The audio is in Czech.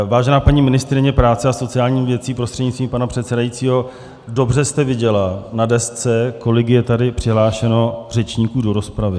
Vážená paní ministryně práce a sociálních věcí, prostřednictvím pana předsedajícího, dobře jste viděla na desce, kolik je tady přihlášeno řečníků do rozpravy.